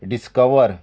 discover